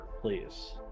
please